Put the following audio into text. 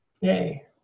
Yay